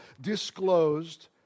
disclosed